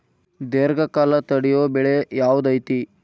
ದೇರ್ಘಕಾಲ ತಡಿಯೋ ಬೆಳೆ ಯಾವ್ದು ಐತಿ?